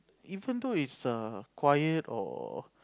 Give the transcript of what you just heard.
even though is err quiet or